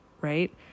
right